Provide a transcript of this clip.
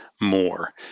more